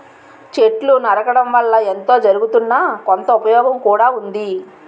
చెట్లు నరకడం వల్ల ఎంతో జరగుతున్నా, కొంత ఉపయోగం కూడా ఉంది